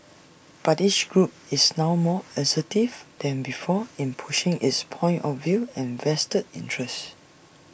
but each group is now more assertive than before in pushing its point of view and vested interests